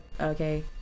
Okay